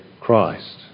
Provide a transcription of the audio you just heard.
Christ